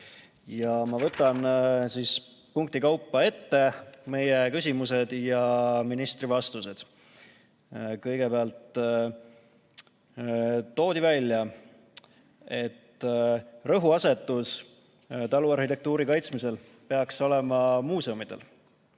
võtan punkti kaupa ette meie küsimused ja ministri vastused. Kõigepealt toodi välja, et rõhuasetus taluarhitektuuri kaitsmisel peaks olema muuseumidel.